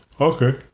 Okay